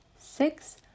six